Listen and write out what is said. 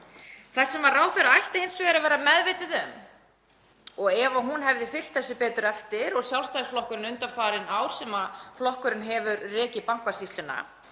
Það sem ráðherra ætti hins vegar að vera meðvituð um, og ef hún hefði fylgt þessu betur eftir og Sjálfstæðisflokkurinn undanfarin ár sem flokkurinn hefur rekið Bankasýsluna,